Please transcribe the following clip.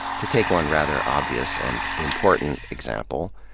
to take one rather obvious and important example,